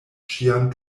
ĉiam